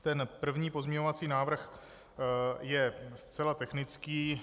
Ten první pozměňovací návrh je zcela technický.